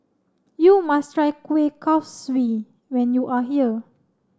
you must try Kuih Kaswi when you are here